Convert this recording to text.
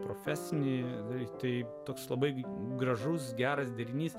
profesinėje srityje toks labai gražus geras derinys